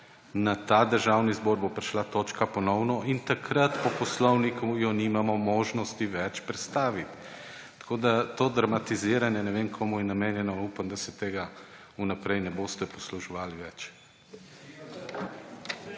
Na Državni zbor bo prišla točka ponovno in takrat je po poslovniku nimamo več možnosti več prestaviti. Tako da to dramatiziranje, ne vem, komu je namenjeno, upam, da se tega v naprej ne boste posluževali več.